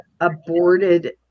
aborted